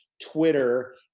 Twitter